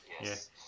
yes